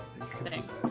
Thanks